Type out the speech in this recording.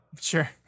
Sure